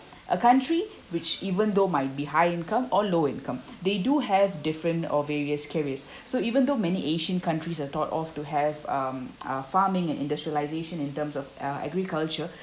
a country which even though might be high income or low income they do have different or various careers so even though many asian countries are thought of to have um uh farming and industrialisation in terms of uh agriculture